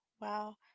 Wow